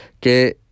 que